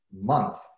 month